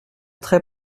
très